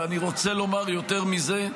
ואני רוצה לומר יותר מזה.